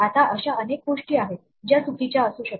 आता अशा अनेक गोष्टी आहेत ज्या चुकीच्या असू शकतात